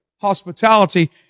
hospitality